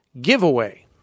giveaway